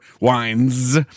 wines